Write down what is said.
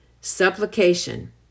supplication